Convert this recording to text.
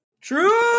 True